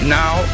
now